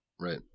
Right